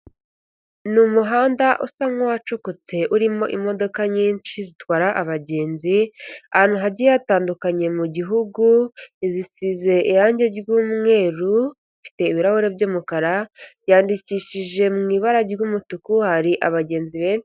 Ni umuhanda usa nk'uwacukutse urimo imodoka nyinshi zitwara abagenzi ahantu hagiye hatandukanye mu gihugu zisize irangi ry'umweru ifite ibirahuri by'umukara yanyandikishije mu ibara ry'umutuku hari abagenzi benshi.